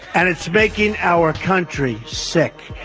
and it's making our country sick,